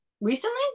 recently